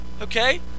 Okay